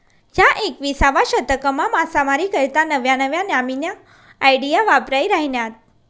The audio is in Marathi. ह्या एकविसावा शतकमा मासामारी करता नव्या नव्या न्यामीन्या आयडिया वापरायी राहिन्यात